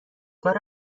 کار